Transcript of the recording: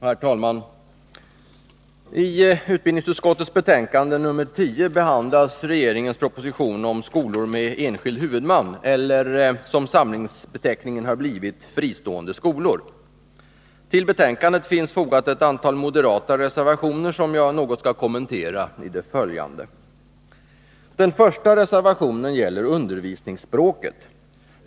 Herr talman! I utbildningsutskottets betänkande nr 10 behandlas regeringens proposition om skolor med enskild huvudman eller, som samlingsbeteckningen har blivit, fristående skolor. Till betänkandet finns fogat ett antal moderata reservationer som jag något skall kommentera i det följande. Den första reservationen gäller undervisningsspråket.